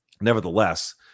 Nevertheless